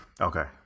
Okay